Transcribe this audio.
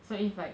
so if like